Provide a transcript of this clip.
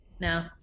no